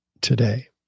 today